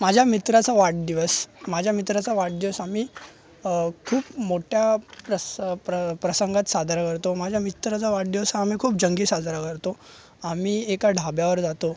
माझ्या मित्राचा वाढदिवस माझ्या मित्राचा वाढदिवस आम्ही खूप मोठ्या प्र प्रसंगात सादर करतो माझ्या मित्राचा वाढदिवस हा आम्ही खूप जंगी साजरा करतो आम्ही एका ढाब्यावर जातो